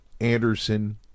anderson